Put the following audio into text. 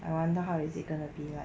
I wonder how is it gonna be like